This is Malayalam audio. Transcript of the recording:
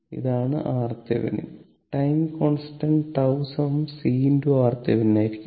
അതാണ് RThevenin time constant τ C RThevenin ആയിരിക്കും